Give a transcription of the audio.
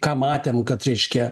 ką matėm kad reiškia